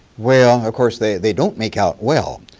well, of course, they they don't make out well,